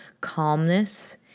calmness